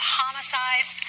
homicides